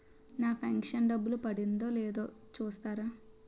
నా pension డబ్బులు పడిందో లేదో చూస్తారా?